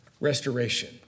restoration